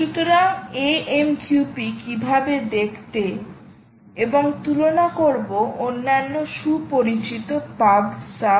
সুতরাং AMQP কীভাবে দেখতে এবং তুলনা করব অন্যান্য সুপরিচিত পাব সাব